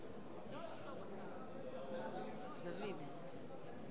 כבוד